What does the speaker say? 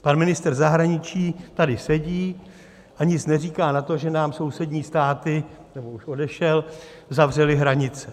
Pan ministr zahraničí tady sedí a nic neříká na to, že nám sousední státy nebo už odešel zavřely hranice.